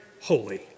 holy